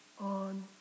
on